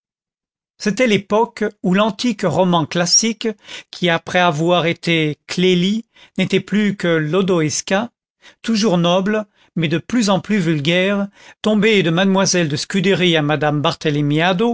c'était l'époque où l'antique roman classique qui après avoir été clélie n'était plus que lodoïska toujours noble mais de plus en plus vulgaire tombé de mademoiselle de scudéri à madame